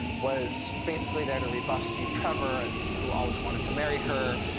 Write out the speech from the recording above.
was basically there to rebuff steve trevor, and who always wanted to marry her,